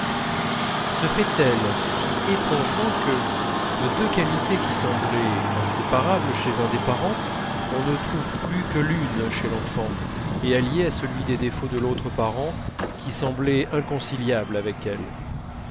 se fait-elle si étrangement que de deux qualités qui semblaient inséparables chez l'un des parents on ne trouve plus que l'une chez l'enfant et alliée à celui des défauts de l'autre parent qui semblait inconciliable avec elle